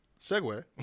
segue